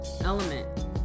element